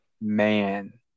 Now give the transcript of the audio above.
Man